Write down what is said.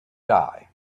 die